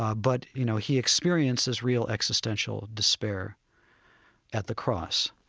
ah but, you know, he experiences real existential despair at the cross.